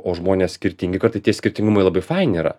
o žmonės skirtingi kartai tie skirtingumai labai faini yra